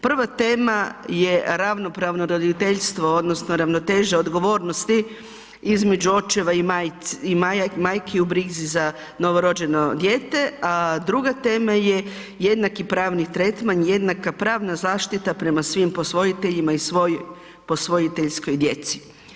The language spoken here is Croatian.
Prva tema je ravnopravno roditeljstvo odnosno ravnoteža odgovornosti između očeva i majki u brizi za novorođeno dijete, a druga tema je jednaki pravni tretman, jednaka pravna zaštita prema svim posvojiteljima i svoj posvojiteljskoj djeci.